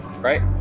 Right